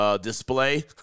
display